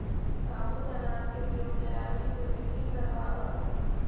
साबुत अनाज के प्रयोग केराटिन के वृद्धि करवावऽ हई